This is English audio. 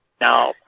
Now